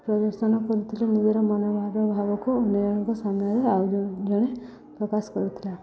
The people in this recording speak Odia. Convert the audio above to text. ପ୍ରଦର୍ଶନ କରୁଥିଲେ ନିଜର ମନୋଭାବ ଭାବକୁ ଅନ୍ୟ ଜଣଙ୍କ ସାମ୍ନାରେ ଆଉ ଜଣେ ପ୍ରକାଶ କରୁଥିଲା